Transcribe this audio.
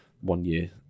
one-year